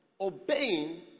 obeying